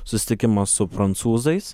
susitikimą su prancūzais